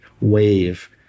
wave